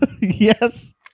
Yes